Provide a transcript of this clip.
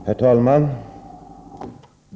Herr talman!